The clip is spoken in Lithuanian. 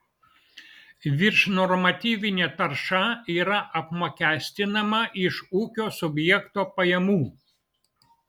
viršnormatyvinė tarša yra apmokestinama iš ūkio subjekto pajamų